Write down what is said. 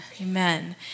amen